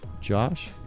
Josh